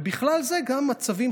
ובכלל זה גם מצבים,